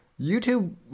YouTube